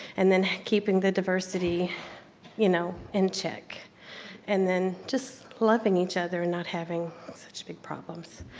and then keeping the diversity you know in check and then just loving each other and not having such big problems.